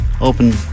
open